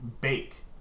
bake